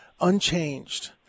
unchanged